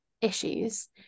issues